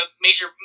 major